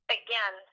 again